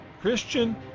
Christian